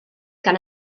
gan